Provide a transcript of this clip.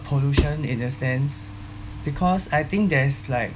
pollution in a sense because I think there's like